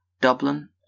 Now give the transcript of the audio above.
Dublin